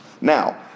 Now